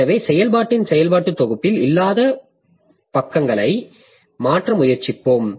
எனவே செயல்பாட்டின் செயல்பாட்டு தொகுப்பில் இல்லாத பக்கங்களை மாற்ற முயற்சிப்போம்